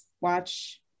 Watch